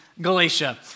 Galatia